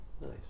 nice